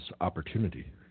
opportunity